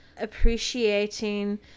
appreciating